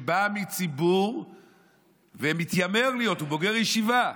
שבא מציבור ומתיימר להיות, הוא בוגר ישיבה,